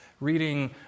reading